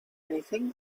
anything